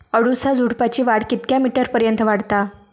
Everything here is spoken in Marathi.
अडुळसा झुडूपाची वाढ कितक्या मीटर पर्यंत वाढता?